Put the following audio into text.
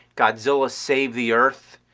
godzilla save the earth',